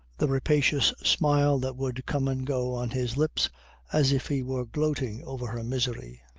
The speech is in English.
the rapacious smile that would come and go on his lips as if he were gloating over her misery.